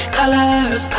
colors